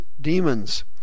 demons